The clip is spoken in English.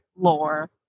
Lore